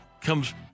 comes